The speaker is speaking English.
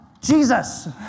Jesus